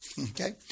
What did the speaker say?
okay